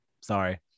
Sorry